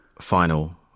final